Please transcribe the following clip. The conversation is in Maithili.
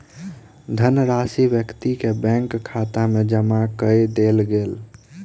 धनराशि व्यक्ति के बैंक खाता में जमा कअ देल गेल